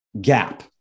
gap